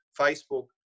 Facebook